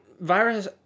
virus